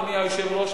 אדוני היושב-ראש,